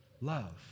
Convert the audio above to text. love